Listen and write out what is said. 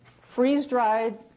freeze-dried